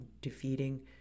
defeating